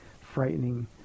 frightening